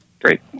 Great